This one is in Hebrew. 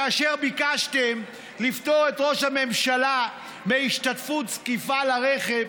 כאשר ביקשתם לפטור את ראש הממשלה מהשתתפות בזקיפה על הרכב,